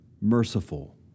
Merciful